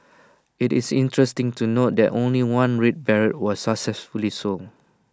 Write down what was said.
IT is interesting to note that only one red beret was successfully sold